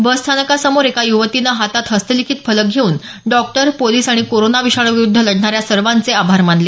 बसस्थानकासमोर एका युवतीनं हातात हस्तलिखित फलक घेऊन डॉक्टर पोलीस आणि कोरोना विषाणूविरुद्ध लढणाऱ्या सर्वांचे आभार मानले